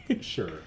Sure